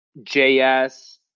JS